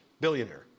Billionaire